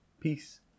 Peace